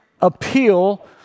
appeal